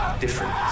different